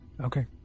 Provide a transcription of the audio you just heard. Okay